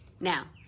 Now